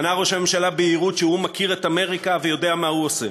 ענה ראש הממשלה ביהירות שהוא מכיר את אמריקה ויודע מה הוא עושה.